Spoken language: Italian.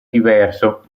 diverso